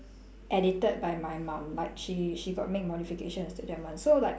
edited by my mum like she she got make modifications to them [one] so like